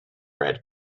red